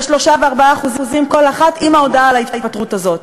ב-3% ו-4% כל אחת עם ההודעה על ההתפטרות הזאת.